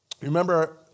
remember